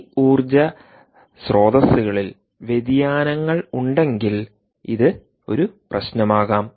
ഈ ഊർജ്ജ സ്രോതസ്സുകളിൽ വ്യതിയാനങ്ങൾ ഉണ്ടെങ്കിൽ ഇത് ഒരു പ്രശ്നമാകാം